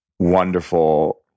wonderful